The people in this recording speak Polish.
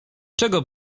czego